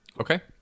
Okay